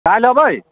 काल्हि अबै